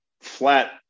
flat